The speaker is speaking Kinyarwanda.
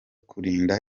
kurinda